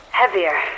heavier